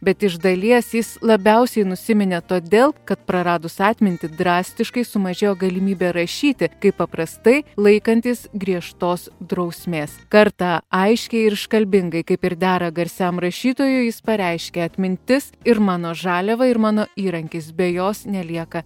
bet iš dalies jis labiausiai nusiminė todėl kad praradus atmintį drastiškai sumažėjo galimybė rašyti kaip paprastai laikantis griežtos drausmės kartą aiškiai ir iškalbingai kaip ir dera garsiam rašytojui jis pareiškė atmintis ir mano žaliava ir mano įrankis be jos nelieka